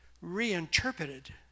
reinterpreted